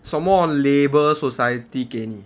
什么 label society 给你